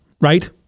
right